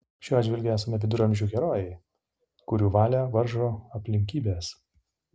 šiuo atžvilgiu esame viduramžių herojai kurių valią varžo aplinkybės